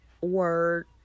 word